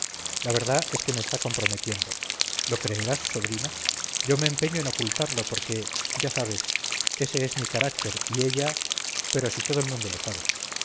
la verdad es que me está comprometiendo lo creerás sobrina yo me empeño en ocultarlo porque ya sabes ese es mi carácter y ella pero si todo el mundo lo sabe